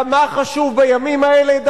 כמה חשוב בימים האלה,